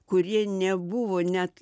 kurie nebuvo net